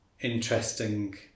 interesting